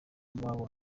w’iwabo